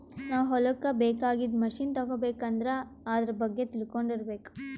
ನಾವ್ ಹೊಲಕ್ಕ್ ಬೇಕಾಗಿದ್ದ್ ಮಷಿನ್ ತಗೋಬೇಕ್ ಅಂದ್ರ ಆದ್ರ ಬಗ್ಗೆ ತಿಳ್ಕೊಂಡಿರ್ಬೇಕ್